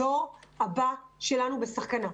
הדור הבא שלנו בסכנה.